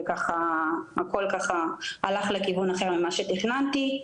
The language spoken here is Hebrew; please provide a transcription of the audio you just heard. הכל הלך לכיוון אחר ממה שתכננתי,